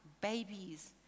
babies